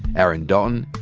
aaron dalton,